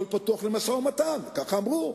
שהכול פתוח למשא-ומתן, ככה אמרו.